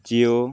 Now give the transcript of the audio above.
Jio